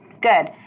Good